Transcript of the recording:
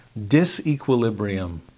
disequilibrium